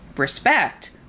respect